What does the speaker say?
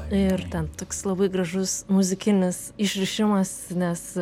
ir ten toks labai gražus muzikinis išrišimas nes